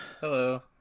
Hello